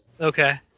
Okay